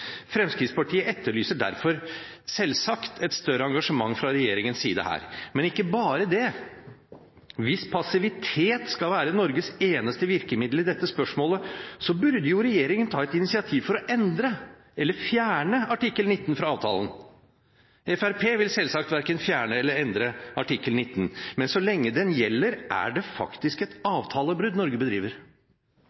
Fremskrittspartiet etterlyser derfor selvsagt et større engasjement fra regjeringens side her, men ikke bare det. Hvis passivitet skal være Norges eneste virkemiddel i dette spørsmålet, burde regjeringen ta et initiativ for å endre eller fjerne artikkel 19 fra avtalen. Fremskrittspartiet vil selvsagt verken fjerne eller endre artikkel 19, men så lenge den gjelder, er det faktisk et